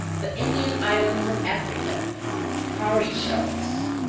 the indian islands and africa cowrie shells,